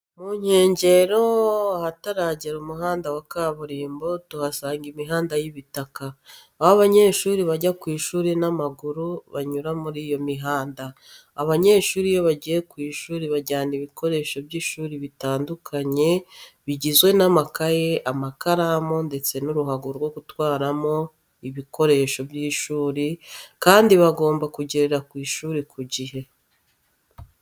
Mu nkenjyero ahatarajyera umuhanda wa kaburimbo tuhasanga imihanda y'ibitaka , aho abanyeshuri bajya ku ishuri n'amaguru banyura muri iyo mihanda..Abanyeshuri iyo bajyiye ku ishuri bajyana ibikoresho by'ishuri bitandukanye bijyizwe n'amakayi, amakaramu, ndetse n'uruhago rwo gutwaramo ibikoresho by'ishuri kandi bagomba kujyerere ku ishuri ku jyihe.